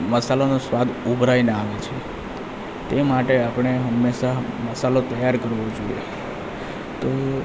મસાલાનો સ્વાદ ઉભરાઈને આવે છે તે માટે આપણે હંમેશા મસાલો તૈયાર કરવો જોઈએ તો